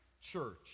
church